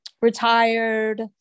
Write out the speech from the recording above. retired